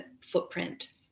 footprint